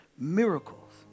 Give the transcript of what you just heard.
Miracles